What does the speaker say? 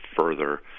further